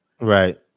right